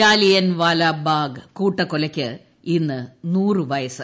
ജാലിയൻവാലാ ബാഗ് കൂട്ടക്കൊലയ്ക്ക് ഇന്ന് നൂറ് വയസ്സ്